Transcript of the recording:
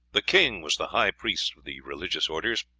the king was the high-priest of the religious orders.